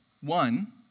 one